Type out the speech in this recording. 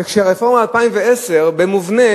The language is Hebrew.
כשהרפורמה מ-2010 במובנה